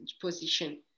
position